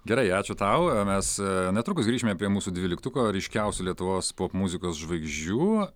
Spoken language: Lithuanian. gerai ačiū tau mes netrukus grįšime prie mūsų dvyliktuko ryškiausių lietuvos popmuzikos žvaigždžių